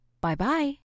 Bye-bye